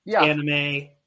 anime